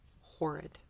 horrid